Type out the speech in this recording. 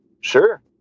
sure